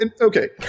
okay